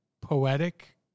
poetic